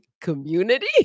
community